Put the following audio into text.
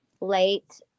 late